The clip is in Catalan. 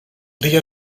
dia